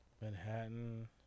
Manhattan